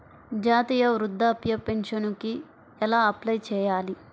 జాతీయ వృద్ధాప్య పింఛనుకి ఎలా అప్లై చేయాలి?